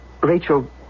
Rachel